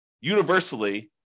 universally